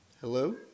hello